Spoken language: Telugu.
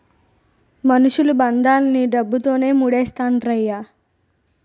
మనుషులు బంధాలన్నీ డబ్బుతోనే మూడేత్తండ్రయ్య